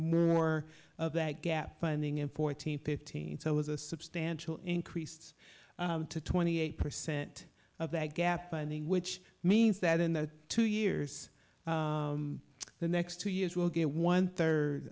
more of that gap funding in fourteen fifteen so as a substantial increased to twenty eight percent of that gap funding which means that in the two years the next two years will get one third